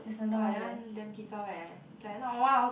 !wah! that one damn pissed off eh it's like not one hour